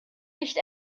nicht